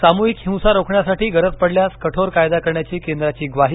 सामूहिंक हिंसा रोखण्यासाठी गरज पडल्यास कठोर कायदा करण्याची केंद्राची ग्वाही